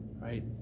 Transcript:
right